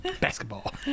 basketball